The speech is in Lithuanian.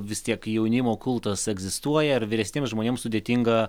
vis tiek jaunimo kultas egzistuoja ir vyresniems žmonėms sudėtinga